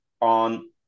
on